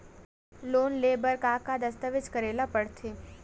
Loan ले बर का का दस्तावेज करेला पड़थे?